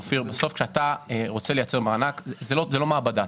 בסוף כשאתם רוצים לייצר מענק, זאת לא מעבדה.